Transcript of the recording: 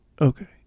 Okay